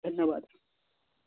धन्यवादः